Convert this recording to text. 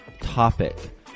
topic